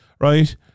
right